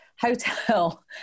hotel